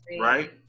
Right